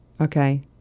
okay